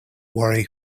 worry